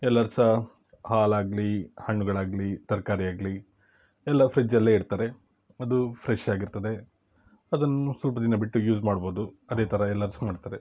ಎಲ್ಲರೂ ಸಹ ಹಾಲಾಗಲಿ ಹಣ್ಣುಗಳಾಗಲಿ ತರಕಾರಿಯಾಗ್ಲಿ ಎಲ್ಲ ಫ್ರಿಜ್ಜಲ್ಲೇ ಇಡ್ತಾರೆ ಅದು ಫ್ರೆಶ್ ಆಗಿರ್ತದೆ ಅದನ್ನು ಸ್ವಲ್ಪ ದಿನ ಬಿಟ್ಟು ಯೂಸ್ ಮಾಡ್ಬೋದು ಅದೇ ಥರ ಎಲ್ಲಾರು ಸಹ ಮಾಡ್ತಾರೆ